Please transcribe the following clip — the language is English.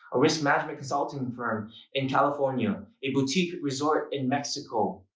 a risk management consulting firm in california. a boutique resort in mexico.